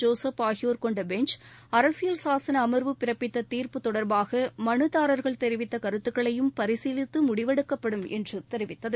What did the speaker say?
Joseph ஆகியோர் கொண்டபெஞ்ச் அரசியல் சாசனஅமர்வு பிறப்பித்ததீர்ப்பு தொடர்பாகமனுதாரர்கள் தெரிவித்தகருத்துக்களையும் பரிசீலித்துமுடிவெடுக்கப்படும் என்றுதெரிவித்தது